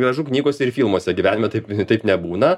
gražu knygose ir filmuose gyvenime taip taip nebūna